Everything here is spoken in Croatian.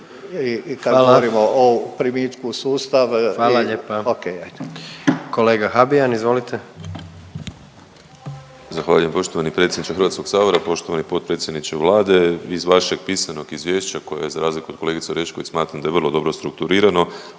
Hvala vam lijepa.